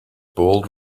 bold